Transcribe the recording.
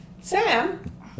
Sam